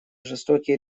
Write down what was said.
жестокие